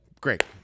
Great